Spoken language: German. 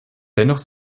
dennoch